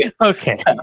Okay